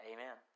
Amen